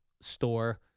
store